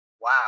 Wow